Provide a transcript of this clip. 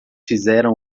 fizeram